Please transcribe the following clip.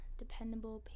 dependable